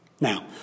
Now